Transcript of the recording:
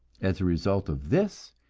as a result of this,